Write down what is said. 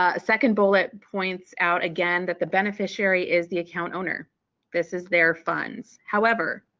ah second bullet points out again that the beneficiary is the account owner this is their funds. however,